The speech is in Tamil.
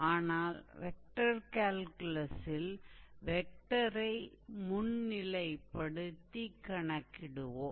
ஆனால் வெக்டர் கேல்குலஸில் வெக்டரை முன்னிலைப்படுத்தி கணக்கிடுவோம்